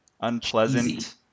unpleasant